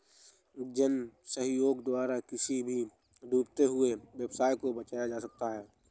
जन सहयोग द्वारा किसी भी डूबते हुए व्यवसाय को बचाया जा सकता है